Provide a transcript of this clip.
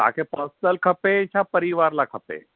तव्हांखे पर्सनल खपे छा परिवार लाइ खपे